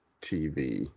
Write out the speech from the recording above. TV